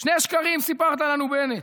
שני שקרים סיפרת לנו, בנט: